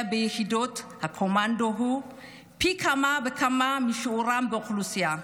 ביחידות הקומנדו הוא פי כמה וכמה משיעורם באוכלוסייה.